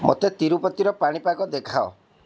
ମୋତେ ତିରୁପତିର ପାଣିପାଗ ଦେଖାଅ